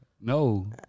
No